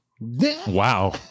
Wow